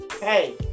Hey